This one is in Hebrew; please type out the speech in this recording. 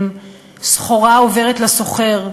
סחורה עוברת לסוחר,